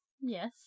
Yes